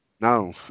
No